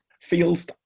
Feels